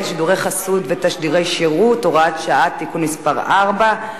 (שידורי חסות ותשדירי שירות) (הוראת שעה) (תיקון מס' 4),